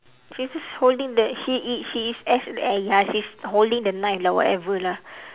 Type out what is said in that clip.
she's just holding the he is she is as eh ya she's holding the knife lah whatever lah